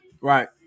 Right